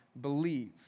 believe